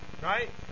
right